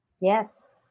yes